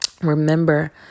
Remember